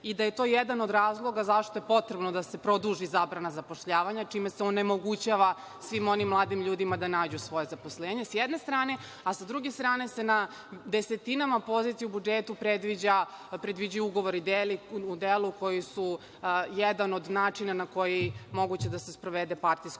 i da je to jedan od razloga zašto je potrebno da se produži zabrana zapošljavanja čime se onemogućava svim onim mladim ljudima da nađu svoje zaposlenje. S jedne strane, a sa druge strane se na desetinama pozicija u budžetu predviđaju ugovori o delu koji su jedna od načina na koji je moguće da se sprovede partijsko